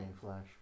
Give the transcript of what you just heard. flash